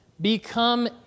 become